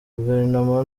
guverinoma